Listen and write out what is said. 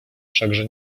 wszakże